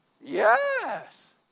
Yes